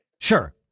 sure